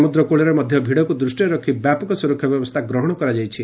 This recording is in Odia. ସମୁଦ୍ର କୂଳରେ ମଧ ଭିଡ଼କୁ ଦୃଷ୍ଟିରେ ରଖି ବ୍ୟାପକ ସୁରକ୍ଷା ବ୍ୟବସ୍କା ଗ୍ରହଣ କରାଯାଇଛି